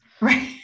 Right